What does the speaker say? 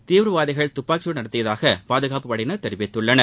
தீவிரவாதிகள் துப்பாக்கிச்சூடு நடத்தியதாக பாதுகாப்பு படையினர் தெரிவித்தனர்